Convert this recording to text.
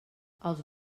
els